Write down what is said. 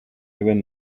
even